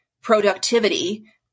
productivity